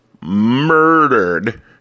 murdered